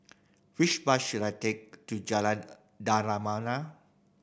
which bus should I take to Jalan Dermawan